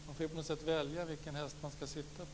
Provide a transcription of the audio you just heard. Man får på något sätt välja vilken häst man skall sitta på.